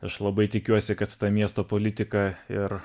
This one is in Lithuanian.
aš labai tikiuosi kad ta miesto politika ir